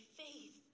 faith